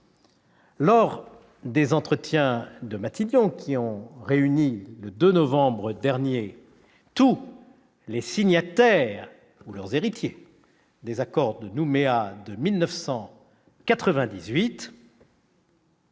Lors des entretiens de Matignon qui ont réuni, le 2 novembre dernier, tous les signataires ou leurs héritiers de l'accord de Nouméa de 1998,